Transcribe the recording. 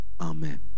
Amen